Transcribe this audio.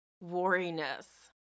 wariness